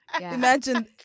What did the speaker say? imagine